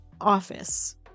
office